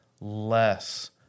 less